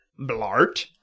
Blart